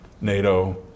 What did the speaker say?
NATO